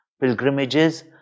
pilgrimages